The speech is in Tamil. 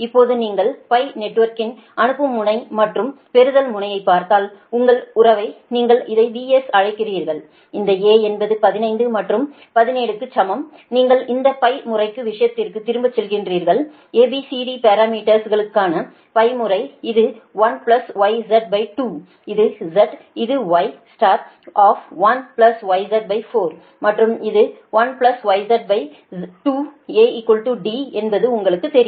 இப்போதுநீங்கள் நெட்வொர்க்கின் அனுப்பும் முனை மற்றும் பெறுதல் முனையை பார்த்தால் உங்கள் உறவை நீங்கள் இதை VS அழைக்கிறீர்கள் இந்த A என்பது 15 மற்றும் 17 க்கு சமம் நீங்கள் அந்த முறைக்கு விஷயத்திற்கு திரும்பிச் செல்கிறீர்கள் ABCD பாரமீட்டர்ஸ்க்களுக்கான முறை இது 1YZ2 இது Z இது Y 1YZ4மற்றும் இது 1YZ2 A D என்பது உங்களுக்குத் தெரியும்